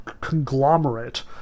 conglomerate